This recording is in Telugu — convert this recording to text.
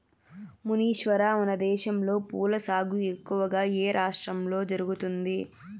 మునీశ్వర, మనదేశంలో పూల సాగు ఎక్కువగా ఏ రాష్ట్రంలో జరుగుతుంది